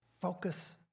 focus